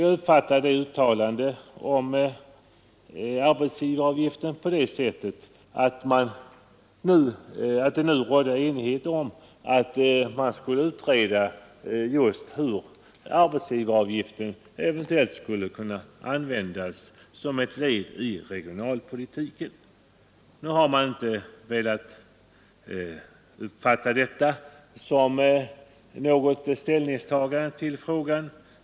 Jag uppfattade detta uttalande om arbetsgivaravgiften så, att det nu rådde enighet om att frågan hur arbetsgivaravgiften eventuellt skulle kunna användas i regionalpolitiken skulle utredas. Skatteutskottet har emellertid inte velat uppfatta uttalandet som ett ställningstagande till den frågan.